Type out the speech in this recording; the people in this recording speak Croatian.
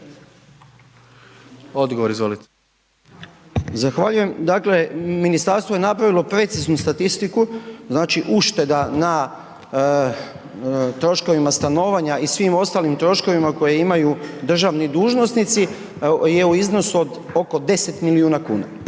**Nekić, Darko** Zahvaljujem, dakle ministarstvo je napravilo preciznu statistiku znači ušteda na troškovima stanovanja i svim ostalim troškovima koje imaju državni dužnosnici je u iznosu oko 10 milijuna kuna